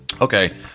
okay